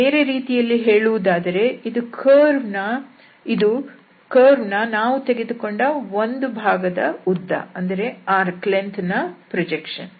ಬೇರೆ ರೀತಿಯಲ್ಲಿ ಹೇಳುವುದಾದರೆ ಇದು ಕರ್ವ್ ನ ನಾವು ತೆಗೆದುಕೊಂಡ ಒಂದು ಭಾಗದ ಉದ್ದದ ಪ್ರೊಜೆಕ್ಷನ್